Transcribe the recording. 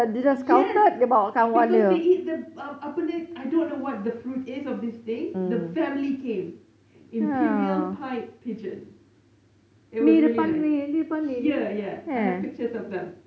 yes because they eat the apa ni I don't know what the fruit is of this thing the family came imperial pied piegon it was really nice here ya I have pictures of them